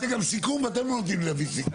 מבחינתי סיכום, אתם עומדים להביא סיכום.